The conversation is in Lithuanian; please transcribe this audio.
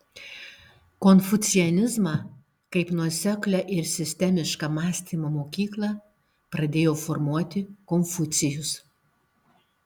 konfucianizmą kaip nuoseklią ir sistemišką mąstymo mokyklą pradėjo formuoti konfucijus